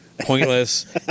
pointless